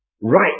right